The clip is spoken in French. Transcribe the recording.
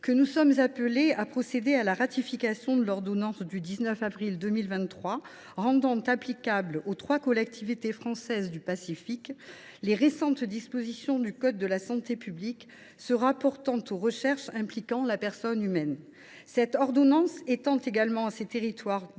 que nous sommes appelés à procéder à la ratification de l’ordonnance du 19 avril 2023 rendant applicables aux trois collectivités françaises du Pacifique les récentes dispositions du code de la santé publique se rapportant aux recherches impliquant la personne humaine. Cette ordonnance étend également à ces territoires diverses